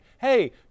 Hey